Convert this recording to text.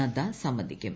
നദ്ദ സംബന്ധിക്കും